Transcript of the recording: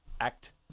Act